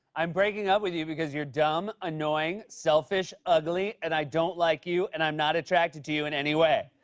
i'm breaking up with you because you're dumb, annoying, selfish, ugly, and i don't like you, and i'm not attracted to you in any way.